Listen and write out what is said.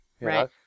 Right